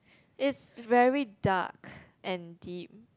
it's very dark and deep